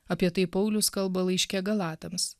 apie tai paulius kalba laiške galatams